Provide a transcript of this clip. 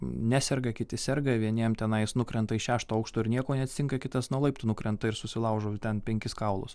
neserga kiti serga vieniem tenais nukrenta iš šešto aukšto ir nieko neatsitinka kitas nuo laiptų nukrenta ir susilaužo ten penkis kaulus